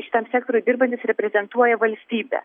šitam sektoriui dirbantis reprezentuoja valstybę